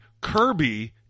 Kirby